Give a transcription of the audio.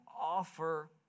offer